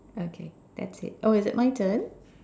okay that's it oh is it my turn